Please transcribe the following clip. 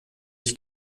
ich